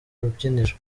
rubyiniro